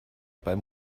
beim